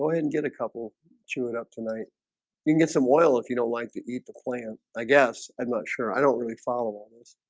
get a couple chew it up tonight you can get some oil if you don't like to eat the plant. i guess i'm not sure. i don't really follow all this